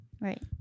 Right